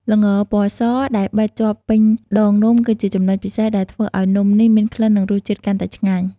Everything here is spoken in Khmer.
ល្ងរពណ៌សដែលបិតជាប់ពេញដងនំ គឺជាចំណុចពិសេសដែលធ្វើឲ្យនំនេះមានក្លិន និងរសជាតិកាន់តែឆ្ងាញ់។